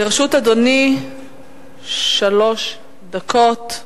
לרשות אדוני שלוש דקות.